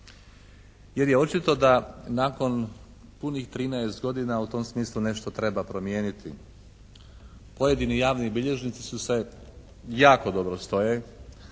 jer je očito da nakon punih 13 godina u tom smislu nešto treba promijeniti. Pojedini javni bilježnici su se, jako dobro stoje.